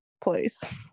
place